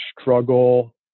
struggle